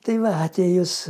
tai va atvejus